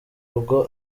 rugo